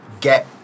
get